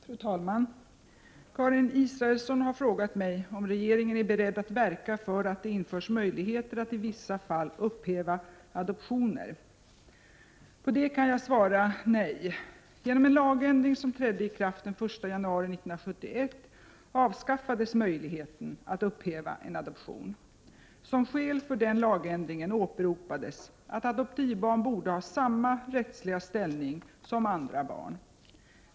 Fru talman! Karin Israelsson har frågat mig om regeringen är beredd att verka för att det införs möjligheter att i vissa fall upphäva adoptioner. På den frågan kan jag svara nej. Genom en lagändring som trädde i kraft den 1 januari 1971 avskaffades möjligheten att upphäva en adoption. Som skäl för denna lagändring åberopades att adoptivbarn borde ha samma rättsliga ställning som andra barn.